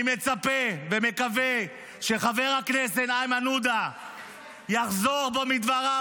אני מצפה ומקווה שחבר הכנסת איימן עודה יחזור בו מדבריו,